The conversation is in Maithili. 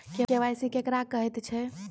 के.वाई.सी केकरा कहैत छै?